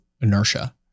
inertia